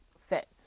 fit